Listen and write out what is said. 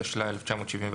התשל"א 1971,